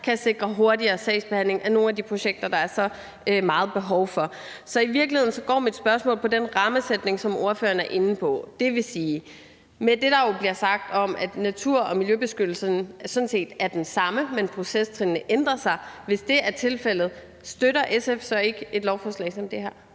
kan sikre hurtigere sagsbehandling af nogle af de projekter, der er så meget behov for. Så i virkeligheden går mit spørgsmål på den rammesætning, som ordføreren er inde på, dvs. det, der jo bliver sagt om, at natur- og miljøbeskyttelsen sådan set er den samme, men at procestrinnene ændrer sig. Hvis det er tilfældet, støtter SF så ikke et lovforslag som det her?